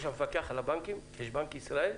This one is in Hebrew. יש המפקח על הבנקים, יש בנק ישראל.